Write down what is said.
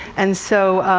and so